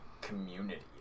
community